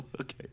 Okay